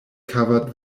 covered